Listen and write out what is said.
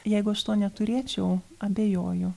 jeigu aš to neturėčiau abejoju